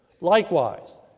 Likewise